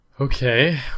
Okay